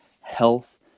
health